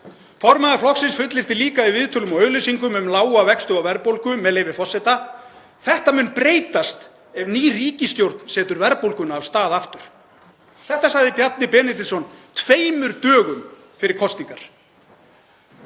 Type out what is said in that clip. Formaður flokksins fullyrti líka í viðtölum og auglýsingum um lága vexti og verðbólgu, með leyfi forseta: Þetta mun breytast ef ný ríkisstjórn setur verðbólguna af stað aftur. Þetta sagði Bjarni Benediktsson tveimur dögum fyrir kosningar.